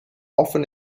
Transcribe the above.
often